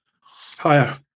Higher